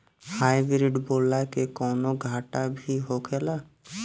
Hybrid बोला के कौनो घाटा भी होखेला?